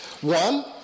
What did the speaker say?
One